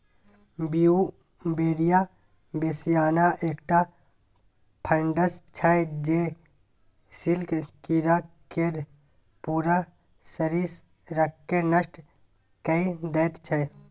Beauveria bassiana एकटा fungus छै जे सिल्क कीरा केर पुरा शरीरकेँ नष्ट कए दैत छै